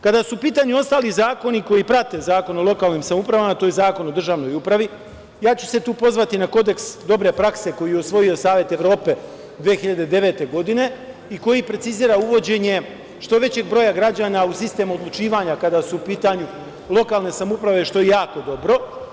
Kada su u pitanju ostali zakoni koji prate Zakon o lokalnim samoupravama, tu je Zakon o državnoj upravi, ja ću se tu pozvati na kodeks dobre prakse koji je usvojio Savet Evrope 2009. godine i koji precizira uvođenje što većeg broja građana u sistem odlučivanja kada su u pitanju lokalne samouprave, što je jako dobro.